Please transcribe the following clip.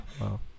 wow